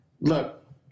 look